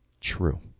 true